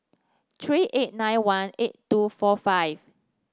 three eight nine one eight two four five